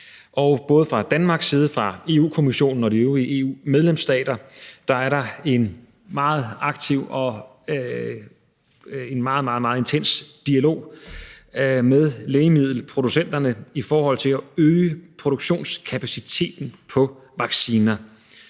og både fra Danmarks side, fra Europa-Kommissionens side og fra de øvrige EU-medlemsstaters side er der en meget aktiv og en meget, meget intens dialog med lægemiddelproducenterne i forhold til at øge produktionskapaciteten på vacciner.